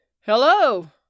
Hello